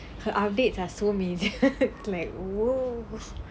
her updates are so major like !whoa!